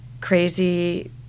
crazy